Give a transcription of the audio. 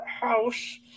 house